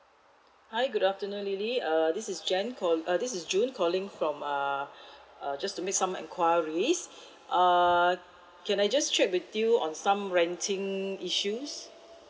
hi good afternoon lily err this is jan call uh this is june calling from err uh just to make some enquiries err can I just check with you on some renting issues